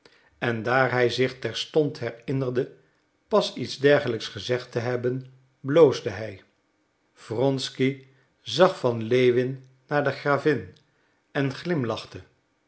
en daar hij zich terstond herinnerde pas iets dergelijks gezegd te hebben bloosde hij wronsky zag van lewin naar de gravin en glimlachte